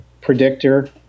predictor